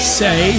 say